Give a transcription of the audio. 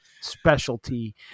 specialty